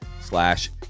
slash